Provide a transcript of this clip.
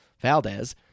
Valdez